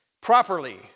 properly